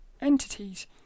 entities